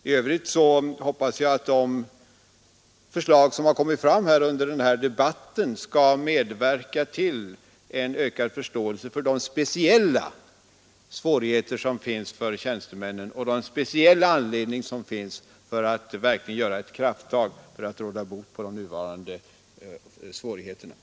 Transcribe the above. I övrigt hoppas jag att de förslag som har kommit fram under denna debatt skall medverka till en ökad förståelse för de speciella omständigheter som finns för tjänstemännen och som verkligen motiverar ett krafttag för att råda bot på de nuvarande förhållandena.